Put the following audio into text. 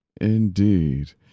Indeed